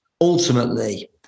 Ultimately